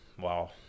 Wow